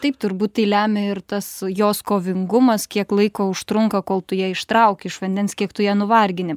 taip turbūt tai lemia ir tas jos kovingumas kiek laiko užtrunka kol tu jai trauk iš vandens kiek tu ją nuvargini